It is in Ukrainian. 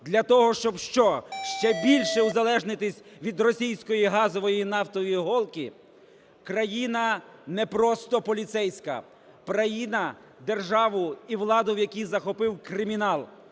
Для того, щоб що, ще більше узалежнитись від російської газової і нафтової голки? Країна не просто поліцейська - країна, державу і владу в якій захопив кримінал.